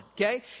okay